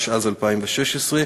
התשע"ז 2016,